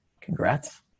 congrats